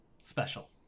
special